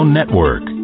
Network